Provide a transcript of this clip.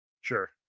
sure